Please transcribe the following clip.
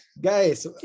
Guys